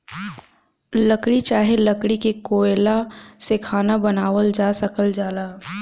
लकड़ी चाहे लकड़ी के कोयला से खाना बनावल जा सकल जाला